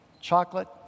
chocolate